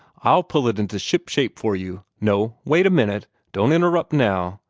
i'll pull it into shipshape for you. no wait a minute don't interrupt now.